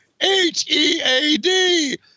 H-E-A-D